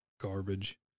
garbage